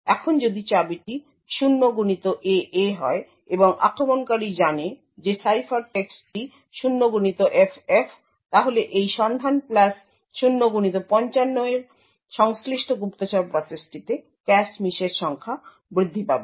এখন যদি চাবিটি 0xAA হয় এবং আক্রমণকারী জানে যে সাইফারটেক্সটটি 0xFF তাহলে এই সন্ধান প্লাস 0x55 এর সংশ্লিষ্ট গুপ্তচর প্রসেসটিতে ক্যাশ মিসের সংখ্যা বৃদ্ধি পাবে